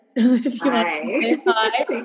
Hi